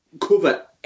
cover